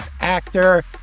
actor